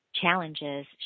challenges